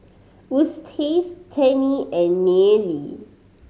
Eustace Tennie and Nealie